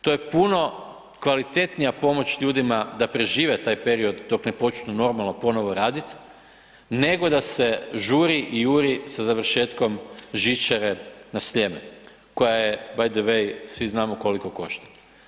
To je puno kvalitetnija pomoć ljudima da prežive taj period dok ne počnu normalno ponovno radit nego da se žuri i juri sa završetkom žičare na Sljemenu koja je btw. svi znamo koliko košta.